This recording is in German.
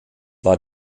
war